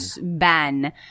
ban